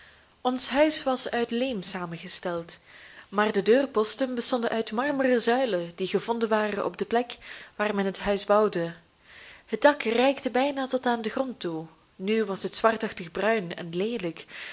ons huis was uit leem samengesteld maar de deurposten bestonden uit marmeren zuilen die gevonden waren op de plek waar men het huis bouwde het dak reikte bijna tot aan den grond toe nu was het zwartachtig bruin en leelijk